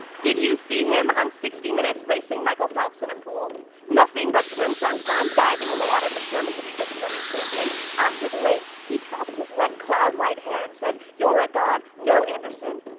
did you see him on sixty minutes, racing michael phelps in a pool nothing but swim trunks on diving in the water, determined to beat this swimming champion? after the race, he tossed his wet, cloud-white hair and said, you're a god no, anderson,